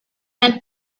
and